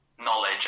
knowledge